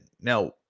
Now